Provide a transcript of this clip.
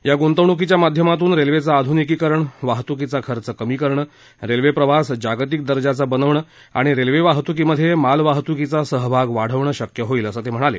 या गुंतवणुकीच्या माध्यमातून रेल्वेचं आधुनिकीकरण वाहतुकीचा खर्च कमी करणं रेल्वे प्रवास जागतिक दर्जाचा बनवणं आणि रेल्वे वाहतुकीमध्ये मालवाहतुकीचा सहभाग वाढवणं शक्य होईल असं ते म्हणाले